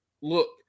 look